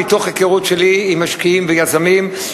מתוך היכרות שלי עם משקיעים ויזמים,